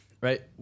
right